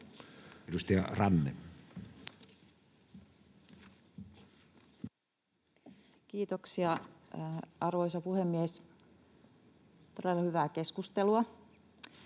Edustaja Ranne. Kiitoksia, arvoisa puhemies! Todella hyvää keskustelua,